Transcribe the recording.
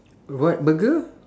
what burger